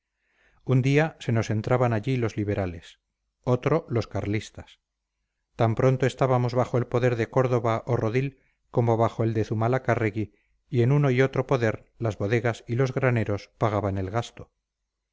un día se nos entraban allí los liberales otro los carlistas tan pronto estábamos bajo el poder de córdova o rodil como bajo el de zumalacárregui y en uno y otro poder las bodegas y los graneros pagaban el gasto